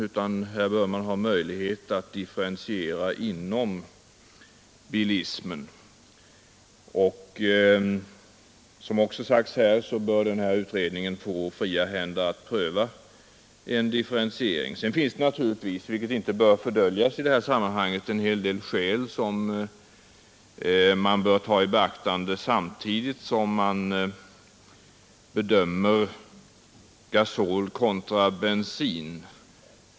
Man bör därför ha möjlighet att differentiera inom bilismen. Som också sagts här bör denna utredning få fria händer att pröva en differentiering. Sedan finns naturligtvis, vilket inte bör fördöljas i detta sammanhang, en hel del skäl som man bör ta i beaktande samtidigt som man bedömer spörsmålet gasol kontra bensin.